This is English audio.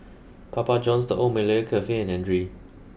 Papa Johns the Old Malaya Cafe and Andre